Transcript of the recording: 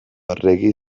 arregi